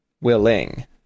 willing